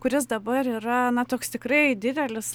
kuris dabar yra toks tikrai didelis